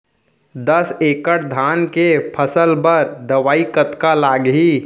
दस एकड़ धान के फसल बर दवई कतका लागही?